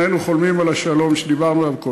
שנינו חולמים על השלום שדיברנו עליו קודם,